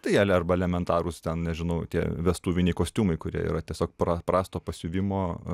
tai ele arba elementarūs ten nežinau tie vestuviniai kostiumai kurie yra tiesiog pra prasto pasiuvimo